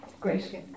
great